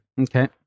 Okay